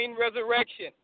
Resurrection